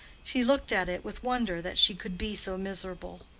she looked at it with wonder that she could be so miserable.